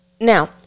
Now